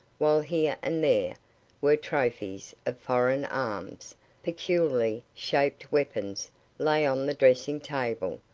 while here and there were trophies of foreign arms peculiarly-shaped weapons lay on the dressing-table,